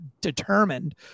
determined